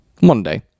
Monday